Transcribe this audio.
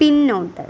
പിന്നോട്ട്